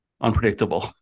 unpredictable